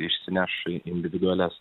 išsineš individualias